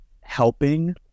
helping